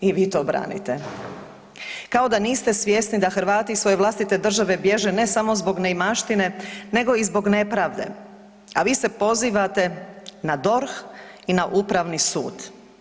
I vi to branite kao da niste svjesni da Hrvati iz svoje vlastite države bježe ne samo zbog neimaštine, nego i zbog nepravde, a vi se pozivate na DORH i na upravni sud.